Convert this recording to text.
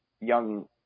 young